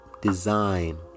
design